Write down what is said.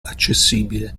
accessibile